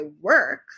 work